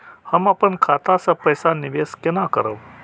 हम अपन खाता से पैसा निवेश केना करब?